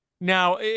Now